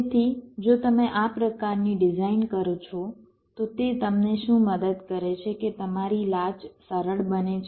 તેથી જો તમે આ પ્રકારની ડિઝાઇન કરો છો તો તે તમને શું મદદ કરે છે કે તમારી લાચ સરળ બને છે